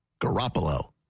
Garoppolo